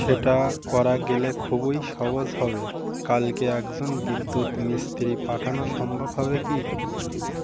সেটা করা গেলে খুবই সহজ হবে কালকে একজন বিদ্যুৎ মিস্তিরি পাঠানো সম্ভব হবে কি